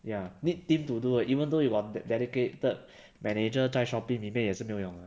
ya need team to do even though you got ded~ dedicated manager 在 shopee 里面也是没有用的